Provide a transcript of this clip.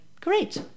great